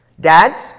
Dads